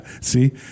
See